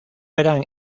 eran